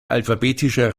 alphabetischer